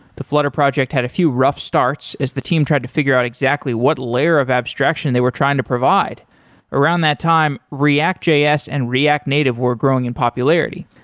the flutter project had a few rough starts as the team tried to figure out exactly what layer of abstraction they were trying to provide around that time, react js and react native were growing in popularity.